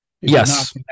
Yes